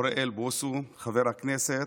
אוריאל בוסו, חבר הכנסת,